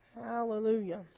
Hallelujah